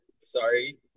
Sorry